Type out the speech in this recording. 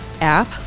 app